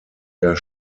der